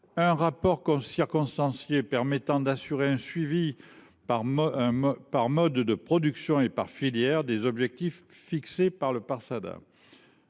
un rapport circonstancié permettant d’assurer un suivi par mode de production et par filière des objectifs fixés par le Parsada.